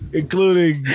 including